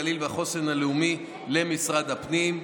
הגליל והחוסן הלאומי למשרד הפנים,